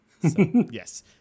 Yes